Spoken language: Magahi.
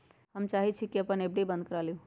हम चाहई छी कि अपन एफ.डी बंद करा लिउ